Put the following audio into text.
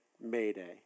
mayday